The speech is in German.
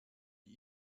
die